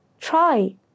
Try